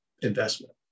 investment